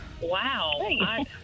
Wow